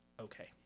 okay